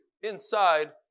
inside